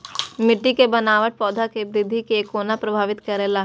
मिट्टी के बनावट पौधा के वृद्धि के कोना प्रभावित करेला?